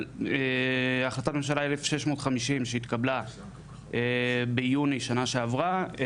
אבל החלטת ממשלה 1650 שהתקבלה ביוני שנה שעברה,